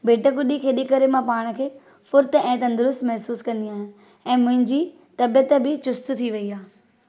bat गुॾी खेॾी करे मां पाण खे फ़ुर्त ऐं तंदरुस्त महसूसु कंदी आहियां ऐं मुंहिंजी तबियत बि चुस्त थी वेई आहे